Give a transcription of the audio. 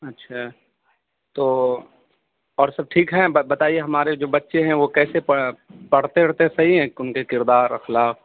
اچھا تو اور سب ٹھیک ہیں بتائیے ہمارے جو بچے ہیں وہ کیسے پا پڑھ پڑھتے وڑھتے صحیح ہیں ان کے کردار اخلاق